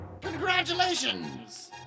Congratulations